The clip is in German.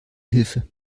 hilfe